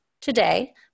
Today